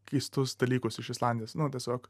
keistus dalykus iš islandijos nu tiesiog